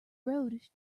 road